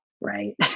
right